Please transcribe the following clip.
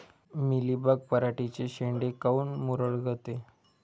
Mealybug पराटीचे चे शेंडे काऊन मुरगळते?